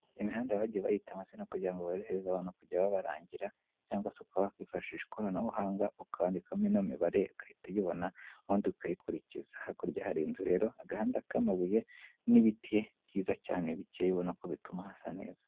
Imihanda bagiye bayita amazina kugira ngo boroheze abantu kujya babarangira cyangwa seka bakwifashisha ikoranabuhanga ukabandikamo imibare ugahita uyibona ubundi ukayikurikiza, hakurya hari inzu reroro agahandada k'amabuye n'ibiti byiza cyane bikeyebona nako bituma hasa neza.